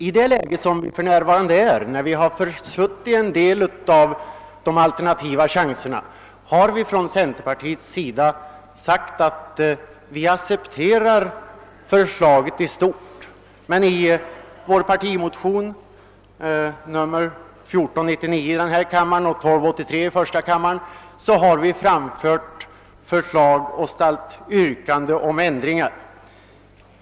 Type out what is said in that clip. I det läge där vi för närvarande befinner oss, när vi har försuttit en del av de alternativa chanserna, har centerpartiet sagt att det accepterar förslagen i stort. I våra likalydande partimotioner 1I:1283 och II:1499 har vi framfört yrkanden om ändringar.